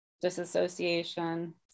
disassociation